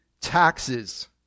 taxes